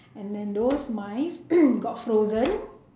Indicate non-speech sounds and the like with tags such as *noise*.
and then those mice *coughs* got frozen